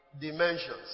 dimensions